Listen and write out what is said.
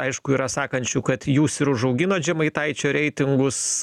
aišku yra sakančių kad jūs ir užauginot žemaitaičio reitingus